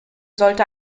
sollte